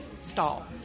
stall